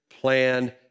plan